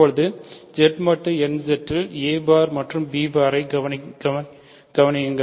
இப்போது Z மட்டு nZ இல் a பார் மற்றும் b பாரை கவனியுங்கள்